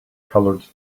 colored